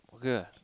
Good